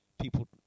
people